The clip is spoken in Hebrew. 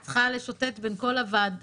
אני צריכה לשוטט בין כל המחקרים,